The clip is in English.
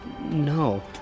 no